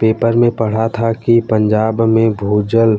paper में पढ़ा था कि पंजाब में भूजल